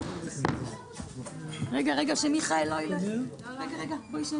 הישיבה ננעלה בשעה 14:20.